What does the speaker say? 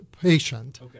patient